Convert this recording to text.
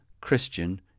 Christian